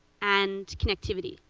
and connectivity.